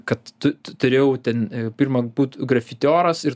kad tu turėjau ten pirma būt grafitioras ir